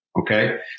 Okay